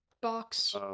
box